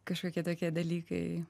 kažkokie tokie dalykai